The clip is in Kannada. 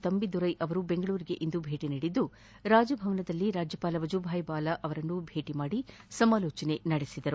ತಂಬಿದೊರೈ ಅವರು ಬೆಂಗಳೂರಿಗಿಂದು ಭೇಟಿ ನೀಡಿದ್ದು ರಾಜಭವನದಲ್ಲಿಂದು ರಾಜ್ಯಪಾಲ ವಜೂಬಾಯಿ ವಾಲಾ ಅವರನ್ನು ಭೇಟಿ ಮಾಡಿ ಸಮಾಲೋಚನೆ ನಡೆಸಿದರು